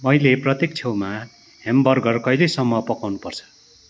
मैले प्रत्येक छेउमा ह्यामबर्गर कहिलेसम्म पकाउनु पर्छ